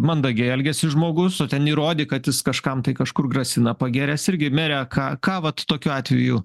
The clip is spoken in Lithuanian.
mandagiai elgiasi žmogus o ten įrodyk kad jis kažkam tai kažkur grasina pagėręs irgi mere ką ką vat tokiu atveju